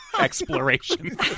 exploration